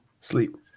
Sleep